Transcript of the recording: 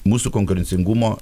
mūsų konkurencingumo